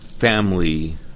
family